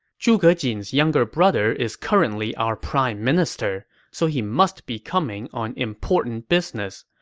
zhuge jin's younger brother is currently our prime minister, so he must be coming on important business.